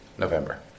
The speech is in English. November